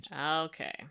Okay